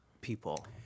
people